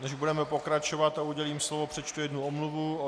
Než budeme pokračovat a udělím slovo, přečtu jednu omluvu.